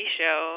show